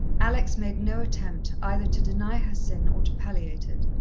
alex made no attempt either to deny her sin or to palliate it.